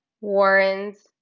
Warren's